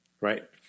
Right